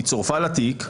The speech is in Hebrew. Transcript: היא צורפה לתיק,